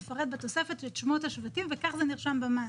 הוא מפרט בתוספת את שמות השבטים וכך זה נרשם במען.